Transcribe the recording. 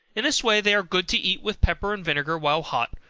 in this way they are good to eat with pepper and vinegar while hot,